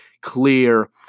clear